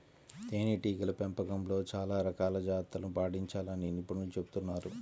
తేనెటీగల పెంపకంలో చాలా రకాల జాగ్రత్తలను పాటించాలని నిపుణులు చెబుతున్నారు